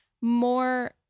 more